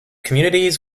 communities